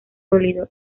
sólido